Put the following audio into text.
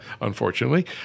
unfortunately